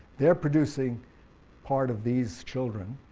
they're producing part of these children.